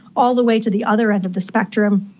all the way to the other end of the spectrum,